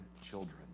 children